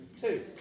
two